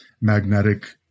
magnetic